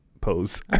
pose